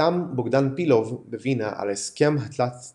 חתם בוגדאן פילוב בווינה על ההסכם התלת-צדדי.